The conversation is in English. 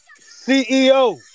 CEO